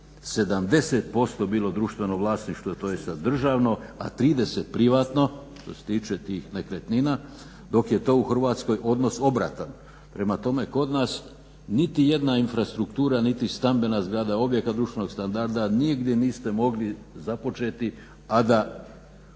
70% bilo društveno vlasništvo, to je sada državno, a 30 privatno što se tiče tih nekretnina, dok je to u Hrvatskoj odnos obratan. Prema tome kod nas niti jedna infrastruktura niti stambena zgrada, objekat društvenog standarda nigdje niste mogli započeti, a da